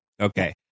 Okay